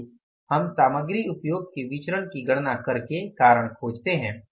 आइए हम सामग्री उपयोग के विचरण की गणना करके कारण खोजते हैं